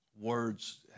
words